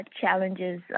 challenges